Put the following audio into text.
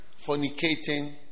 fornicating